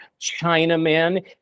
Chinaman